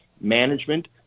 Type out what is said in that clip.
management